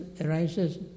arises